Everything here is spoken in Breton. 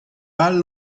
all